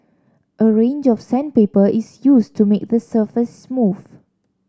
a range of sandpaper is used to make the surface smooth